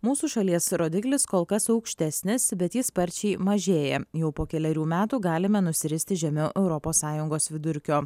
mūsų šalies rodiklis kol kas aukštesnis bet jis sparčiai mažėja jau po kelerių metų galime nusiristi žemiau europos sąjungos vidurkio